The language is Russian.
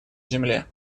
земле